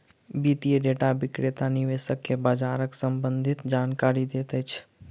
वित्तीय डेटा विक्रेता निवेशक के बजारक सम्भंधित जानकारी दैत अछि